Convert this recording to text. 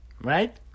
right